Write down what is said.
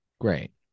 Great